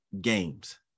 games